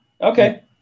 okay